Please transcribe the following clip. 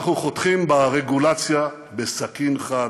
אנחנו חותכים ברגולציה בסכין חד,